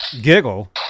giggle